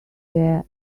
there